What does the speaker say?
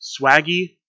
Swaggy